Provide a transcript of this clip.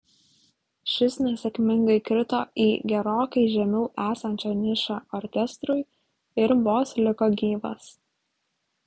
šis nesėkmingai krito į gerokai žemiau esančią nišą orkestrui ir vos liko gyvas